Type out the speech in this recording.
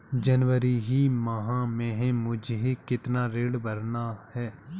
जनवरी माह में मुझे कितना ऋण भरना है?